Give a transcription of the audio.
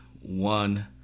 one